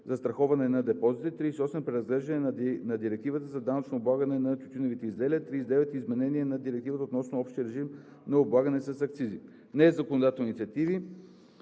застраховане на депозитите. 38. Преразглеждане на Директивата за данъчното облагане на тютюневите изделия. 39. Изменение на Директивата относно общия режим на облагане с акцизи. Незаконодателни инициативи